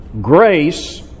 grace